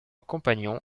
compagnon